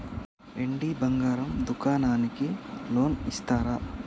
వెండి బంగారం దుకాణానికి లోన్ ఇస్తారా?